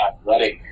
athletic